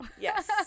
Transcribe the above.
Yes